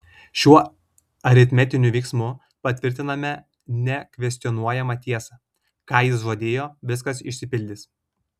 šiuo aritmetiniu veiksmu patvirtiname nekvestionuojamą tiesą ką jis žadėjo viskas išsipildys